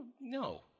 No